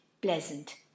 pleasant